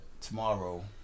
tomorrow